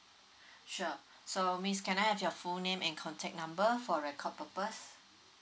sure so miss can I have your full name and contact number for record purpose